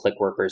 Clickworkers